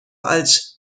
als